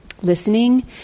listening